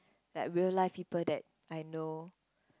like real life people that I know